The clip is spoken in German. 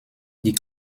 die